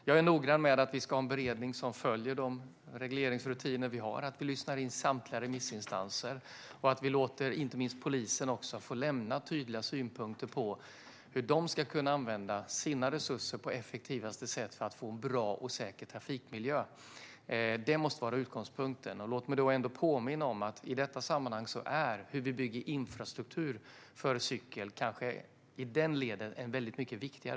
Jag är noggrann med att vi ska ha en beredning som följer de regleringsrutiner vi har. Vi ska lyssna in samtliga remissinstanser, och vi ska inte minst låta polisen få lämna tydliga synpunkter på hur de ska kunna använda sina resurser på effektivaste sätt för att få en bra och säker trafikmiljö. Det måste vara utgångspunkten. Låt mig i sammanhanget påminna om att hur vi bygger infrastruktur för cykel kanske är en mycket viktigare fråga i detta led.